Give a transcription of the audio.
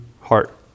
heart